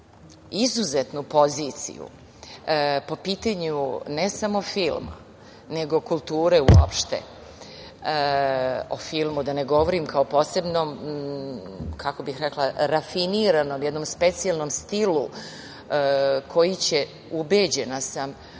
izuzetnu poziciju po pitanju ne samo filma, nego kulture uopšte, o filmu da ne govorim kao posebnom, kako bih rekla, rafiniranom, jednom specijalnom stilu koji će, ubeđena sam,